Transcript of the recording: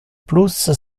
plus